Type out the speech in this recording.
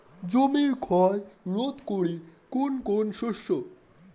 জমির ক্ষয় রোধ করে কোন কোন শস্য?